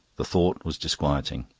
the thought was disquieting.